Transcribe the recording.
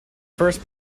first